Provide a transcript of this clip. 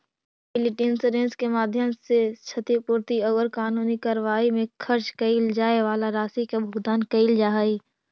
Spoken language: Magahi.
लायबिलिटी इंश्योरेंस के माध्यम से क्षतिपूर्ति औउर कानूनी कार्रवाई में खर्च कैइल जाए वाला राशि के भुगतान कैइल जा हई